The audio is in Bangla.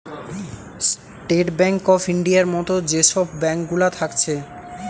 স্টেট বেঙ্ক অফ ইন্ডিয়ার মত যে সব ব্যাঙ্ক গুলা থাকছে